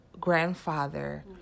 grandfather